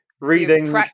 reading